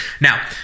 Now